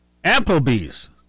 Applebee's